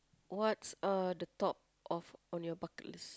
what's on the top of your bucket list